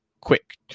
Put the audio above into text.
quick